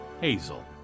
Hazel